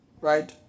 right